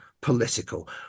political